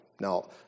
Now